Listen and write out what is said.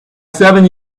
seven